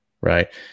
right